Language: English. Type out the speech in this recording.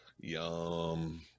Yum